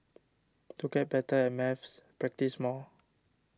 to get better at maths practise more